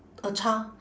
a child